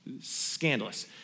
scandalous